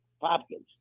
Popkins